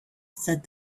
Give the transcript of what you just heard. said